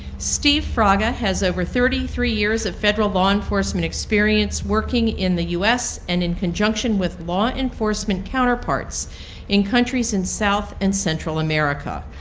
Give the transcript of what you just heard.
steve ah and has over thirty three years of federal law enforcement experience working in the u s. and in conjunction with law enforcement counter parts in countries in south and central america.